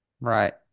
Right